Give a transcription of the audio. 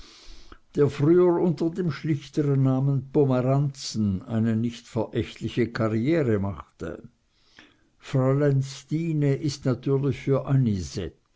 der früher unter dem schlichteren namen pomeranzen eine nicht verächtliche karriere machte fräulein stine ist natürlich für